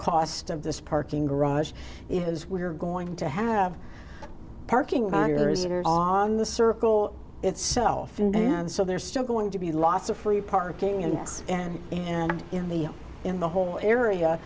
cost of this parking garage it is we're going to have parking on the circle itself so they're still going to be lots of free parking in the us and and in the in the whole area